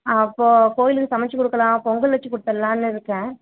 அப்போது கோவிலுக்கு சமைச்சு கொடுக்கலாம் பொங்கல் வச்சு கொடுத்தட்லான்னு இருக்கேன்